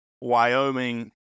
Wyoming